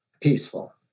peaceful